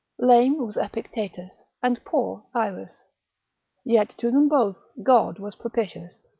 lame was epictetus, and poor irus, yet to them both god was propitious.